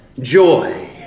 joy